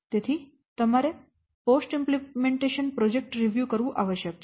તેથી તમારે પોસ્ટ અમલીકરણ પ્રોજેક્ટ રિવ્યૂ કરવું આવશ્યક છે